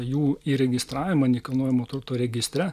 jų įregistravimą nekilnojamo turto registre